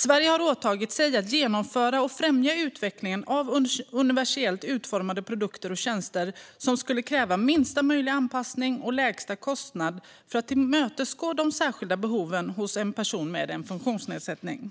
Sverige har åtagit sig att genomföra och främja utvecklingen av universellt utformade produkter och tjänster som kräver minsta möjliga anpassning och lägsta kostnad för att tillmötesgå de särskilda behoven hos personer med funktionsnedsättning.